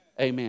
Amen